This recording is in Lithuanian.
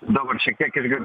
dabar šiek tiek irgi